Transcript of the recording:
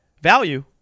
value